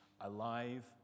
Alive